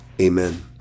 amen